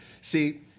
see